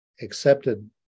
accepted